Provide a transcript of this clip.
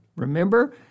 Remember